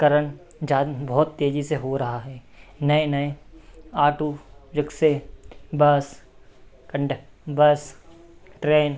करण जान बहुत तेज़ी से हो रहा है नए नए ऑटो रिक्शे बस कंडक् बस ट्रेन